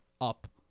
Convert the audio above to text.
up